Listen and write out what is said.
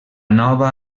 nova